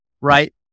right